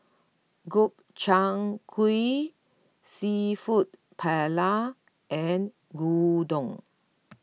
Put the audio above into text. Gobchang Gui Seafood Paella and Gyudon